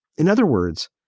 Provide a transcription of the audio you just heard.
in other words,